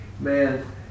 Man